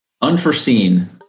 unforeseen